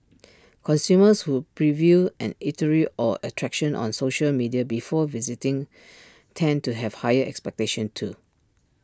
consumers who preview an eatery or attraction on social media before visiting tend to have higher expectations too